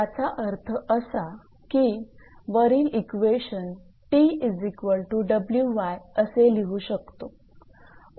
याचा अर्थ असा की वरील इक्वेशन 𝑇𝑊𝑦 असे लिहू शकतो